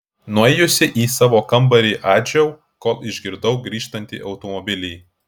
nuėjusi į savo kambarį adžiau kol išgirdau grįžtantį automobilį